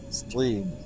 stream